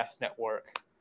Network